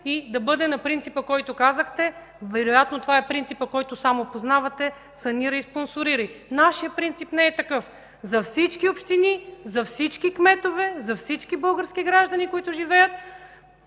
и да бъде на принципа, който казахте – вероятно това е принципът, който само познавате: „Санирай и спонсорирай”. Нашият принцип не е такъв – за всички общини, за всички кметове, за всички български граждани, които живеят.